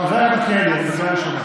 חבר הכנסת מלכיאלי, קריאה ראשונה.